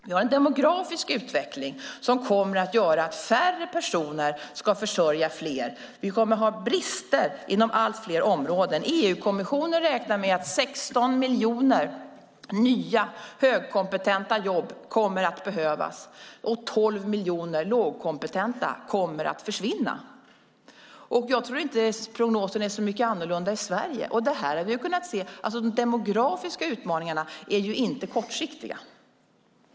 Vi har en demografisk utveckling som kommer att göra att färre personer ska försörja fler. Vi kommer att ha brister inom allt fler områden. EU-kommissionen räknar med att 16 miljoner nya jobb för högkompetenta kommer att behövas och att 12 miljoner för lågkompetenta kommer att försvinna. Jag tror inte att prognosen är så mycket annorlunda i Sverige. De demografiska utmaningarna är ju inte kortsiktiga.